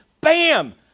bam